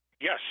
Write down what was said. Yes